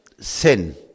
sin